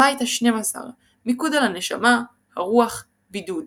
הבית ה-12 - מיקוד על הנשמה, הרוח, בידוד.